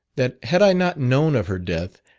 that had i not known of her death,